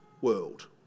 world